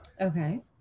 Okay